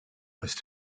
must